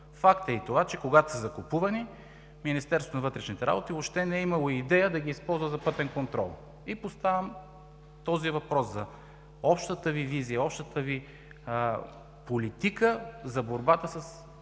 Факт е и това, че когато са закупувани, в Министерството на вътрешните работи въобще не е имало и идея да ги използва за пътен контрол. Поставям този въпрос – за общата Ви визия, за общата Ви политика в борбата с